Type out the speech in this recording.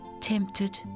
tempted